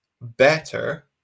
better